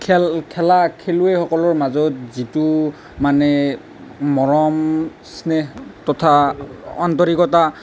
খেল খেলা খেলুৱৈসকলৰ মাজত যিটো মানে মৰম স্নেহ তথা আন্তৰিকতা